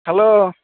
hello